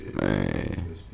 Man